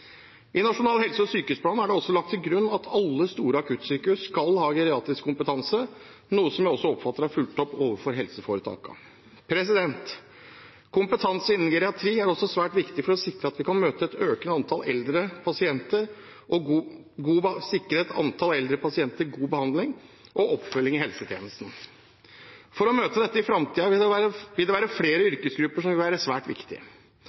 I Nasjonal helse- og sykehusplan er det også lagt til grunn at alle store akuttsykehus skal ha geriatrisk kompetanse, noe som jeg også oppfatter er fulgt opp overfor helseforetakene. Kompetanse innen geriatri er også svært viktig for å sikre et økende antall eldre pasienter god behandling og oppfølging i helsetjenesten. For å møte dette i framtiden vil flere yrkesgrupper være svært viktige. Men til det som blir tatt opp i dette representantforslaget, vil jeg spesielt peke på at leger og sykepleiere vil være svært